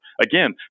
Again